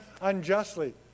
unjustly